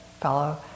fellow